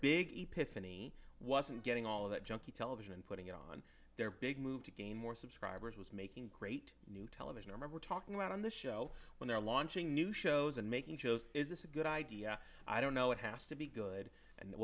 any wasn't getting all of that junky television and putting and their big move to gain more subscribers was making great new television i remember talking about on the show when they're launching new shows and making shows is this a good idea i don't know it has to be good and it